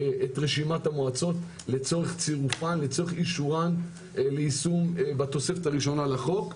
את רשימת המועצות לצורך צירופן ואישורן ליישום בתוספת הראשונה לחוק.